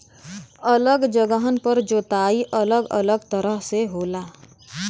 अलग जगहन पर जोताई अलग अलग तरह से होला